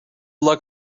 luck